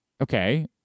Okay